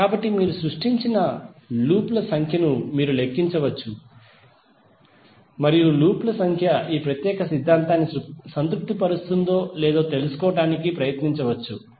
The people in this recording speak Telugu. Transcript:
కాబట్టి మీరు సృష్టించిన లూప్ ల సంఖ్యను మీరు లెక్కించవచ్చు మరియు లూప్ ల సంఖ్య ఈ ప్రత్యేక సిద్ధాంతాన్ని సంతృప్తిపరుస్తుందో లేదో తెలుసుకోవడానికి ప్రయత్నించవచ్చు